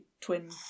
twin